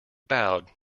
bowed